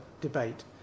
debate